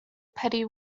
petty